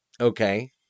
Okay